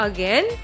Again